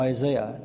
Isaiah